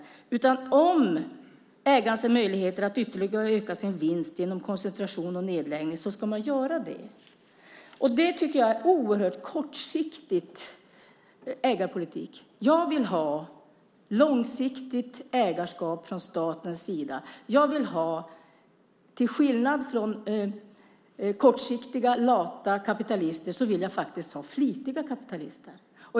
Ska ägaren öka sin vinst om man ser möjligheter att göra det genom ytterligare koncentration och nedläggning? Jag tycker att det är en oerhört kortsiktig ägarpolitik. Jag vill ha ett långsiktigt ägarskap från statens sida. I stället för kortsiktiga, lata kapitalister vill jag faktiskt ha flitiga kapitalister.